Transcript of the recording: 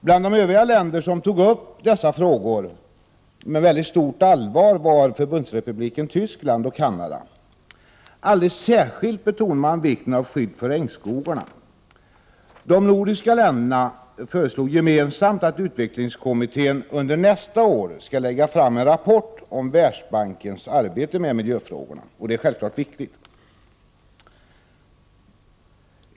Bland de övriga länder som tog upp dessa frågor med mycket stort allvar var Förbundsrepubliken Tyskland och Canada. Alldeles särskilt betonade man vikten av skydd för regnskogarna. De nordiska länderna föreslog gemensamt att utvecklings kommittén under nästa år skall lägga fram en rapport om Världsbankens arbete med miljöfrågor, vilket självfallet är viktigt.